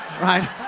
Right